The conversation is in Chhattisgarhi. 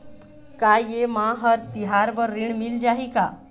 का ये मा हर तिहार बर ऋण मिल जाही का?